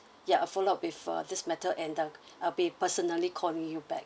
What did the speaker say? ya I'll follow up with uh this matter and uh I'll be personally call you back